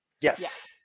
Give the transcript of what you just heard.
Yes